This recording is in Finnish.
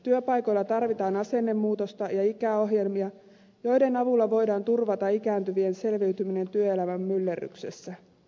työpaikoilla tarvitaan asennemuutosta ja ikäohjelmia joiden avulla voidaan turvata ikääntyvien selviytyminen työelämän myllerryksessä